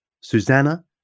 susanna